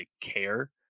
care